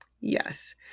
Yes